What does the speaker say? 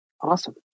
awesome